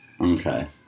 Okay